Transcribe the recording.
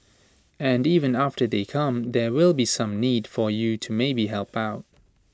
and even after they come there will be some need for you to maybe help out